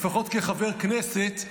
לפחות כחבר כנסת,